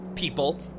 people